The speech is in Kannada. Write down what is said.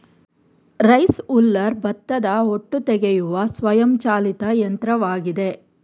ರೈಸ್ ಉಲ್ಲರ್ ಭತ್ತದ ಹೊಟ್ಟು ತೆಗೆಯುವ ಸ್ವಯಂ ಚಾಲಿತ ಯಂತ್ರವಾಗಿದೆ